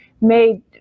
made